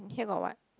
here got what